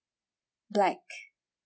like